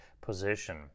position